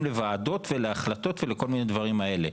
לוועדות ולהחלטות ולכל מיני דברים כאלה.